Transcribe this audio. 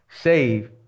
save